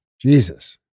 Jesus